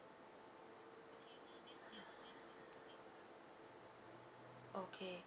okay